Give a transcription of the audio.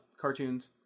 cartoons